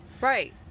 Right